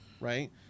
right